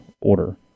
order